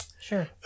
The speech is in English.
Sure